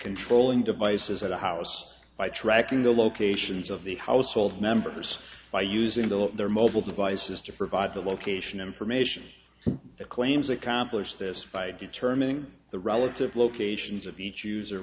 controlling devices at a house by tracking the locations of the household members by using develop their mobile devices to provide the location information the claims accomplish this by determining the relative locations of each user